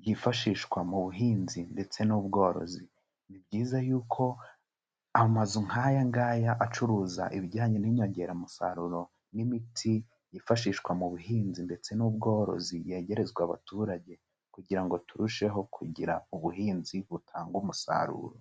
byifashishwa mu buhinzi ndetse n'ubworozi, ni byiza yuko amazu nk'aya ngaya acuruza ibijyanye n'inyongeramusaruro n'imitsi yifashishwa mu buhinzi ndetse n'ubworozi yegerezwa abaturage, kugira ngo turusheho kugira ubuhinzi butanga umusaruro.